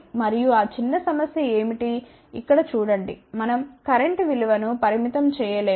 మరియు ఆ చిన్న సమస్య ఏమిటి ఇక్కడ చూడండి మనం కరెంట్ విలువను పరిమితం చేయలేము